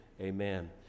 Amen